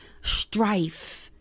strife